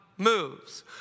Moves